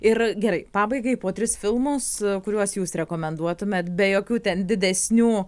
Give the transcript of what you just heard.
ir gerai pabaigai po tris filmus kuriuos jūs rekomenduotumėt be jokių ten didesnių